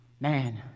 Man